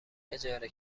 اجاره